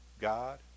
God